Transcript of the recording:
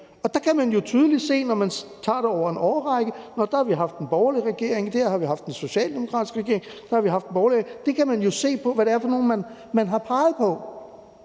Der kan man jo tydeligt se, når man tager det over en årrække, at dér har vi haft en borgerlig regering, dér har vi haft en socialdemokratisk regering, og så har vi haft en borgerlig regering igen. Det kan man jo se på, hvad det er for nogle, man har peget på.